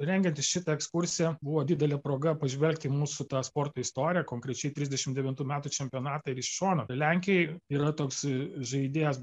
rengiant šitą ekskursiją buvo didelė proga pažvelgti į mūsų tą sporto istoriją konkrečiai trisdešim devintų metų čempionatą ir iš šono lenkijoj yra toks žaidėjas